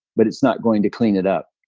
but it's not going to clean it up.